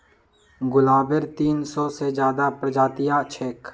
गुलाबेर तीन सौ से ज्यादा प्रजातियां छेक